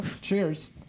Cheers